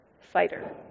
fighter